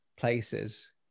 places